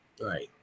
Right